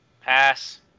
Pass